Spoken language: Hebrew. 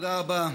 תודה רבה.